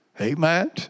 Amen